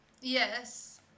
yes